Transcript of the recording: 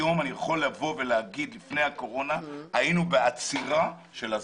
היום אני יכול לבוא ולהגיד שלפני הקורונה היינו בעצירה של עזיבה,